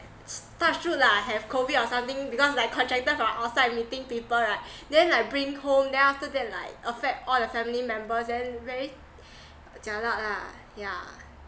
touch wood lah have COVID or something because like contracted from outside meeting people right then like bring home then after that like affect all the family members then very jialat lah yeah